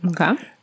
Okay